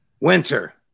Winter